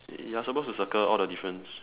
you're supposed to circle all the difference